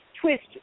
twist